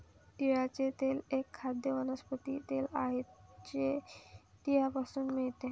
तिळाचे तेल एक खाद्य वनस्पती तेल आहे जे तिळापासून मिळते